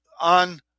on